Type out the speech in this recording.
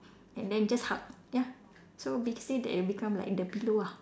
and then just hug ya so big say that it will become like the pillow ah